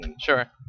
Sure